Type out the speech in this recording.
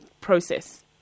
process